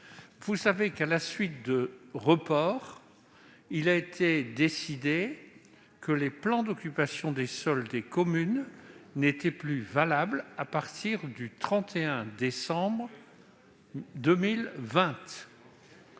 Vous savez qu'à la suite de reports, il a été décidé que les plans d'occupation des sols des communes ne seraient plus valables à compter du 31 décembre 2020.